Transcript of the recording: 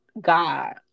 God